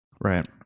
Right